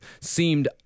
seemed